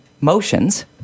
motions